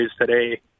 today